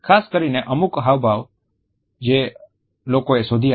ખાસ કરીને અમુક હાવભાવ છે જે લોકોએ શોધ્યા છે